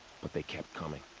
but they kept coming.